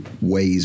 ways